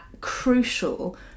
crucial